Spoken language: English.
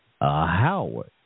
Howard